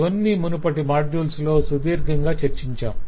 ఇవన్నీ మునుపటి మాడ్యూల్స్ లో సుదీర్ఘంగా చర్చించాం